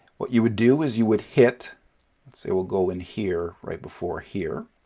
what you would do is you would hit, let's say we'll go in here, right before, here.